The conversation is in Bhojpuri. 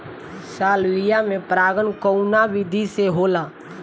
सालविया में परागण कउना विधि से होला?